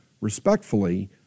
respectfully